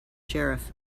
sheriff